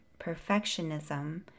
perfectionism